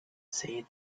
say